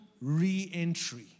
re-entry